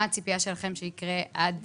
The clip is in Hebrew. ומה הציפייה שלכם שיקרה עד